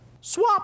Swap